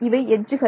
இவை எட்ஜுகள்